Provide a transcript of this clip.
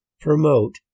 promote